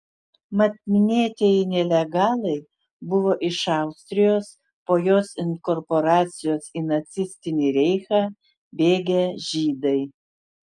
mat minėtieji nelegalai buvo iš austrijos po jos inkorporacijos į nacistinį reichą bėgę žydai